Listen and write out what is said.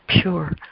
pure